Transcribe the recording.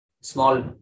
Small